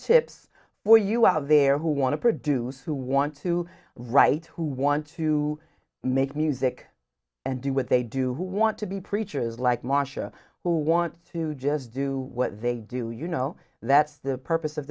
tips for you out there who want to produce who want to write who want to make music and do what they do who want to be preachers like marcia who want to just do what they do you know that's the purpose of